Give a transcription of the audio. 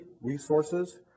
resources